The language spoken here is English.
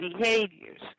behaviors